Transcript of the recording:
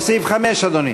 לסעיף 5, אדוני?